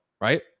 right